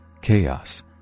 Chaos